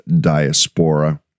diaspora